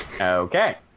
Okay